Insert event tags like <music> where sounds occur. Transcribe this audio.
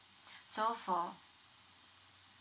<breath> so for